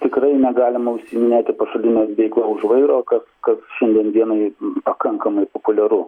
tikrai negalima užsiiminėti pašaline veikla už vairo kas kas šiandien dienai pakankamai populiaru